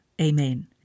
Amen